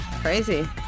crazy